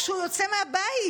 וכשהוא יוצא מהבית